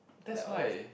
that's why